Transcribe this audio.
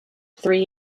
three